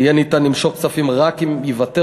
שיהיה ניתן למשוך כספים רק אם ייוותר